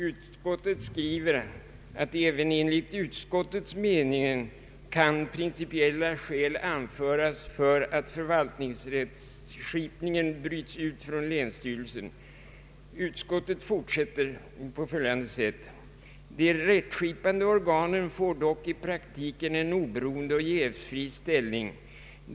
Utskottet skriver att även enligt utskottets mening principiella skäl kan anföras för att förvaltningsrättskipningen bryts ut från länsstyrelsen. Utskottet fortsätter: ”De rättskipande organen får dock i praktiken en oberoende jävsfri ställning.